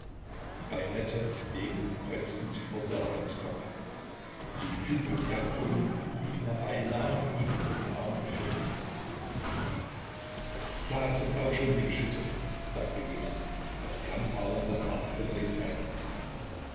die bajonette und degen kreuzten sich über seraphins kopf die hypodiakonen liefen herbei nahmen ihn unter die arme und führten ihn fort da sind auch schon die geschütze sagte jemand auf die anfahrende artillerie zeigend